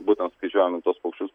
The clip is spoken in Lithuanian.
būtent skaičiuojam tuos paukščius